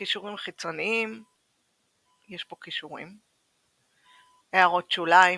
קישורים חיצוניים אגנס איירס,